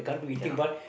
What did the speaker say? cannot